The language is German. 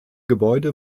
gebäude